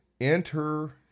enter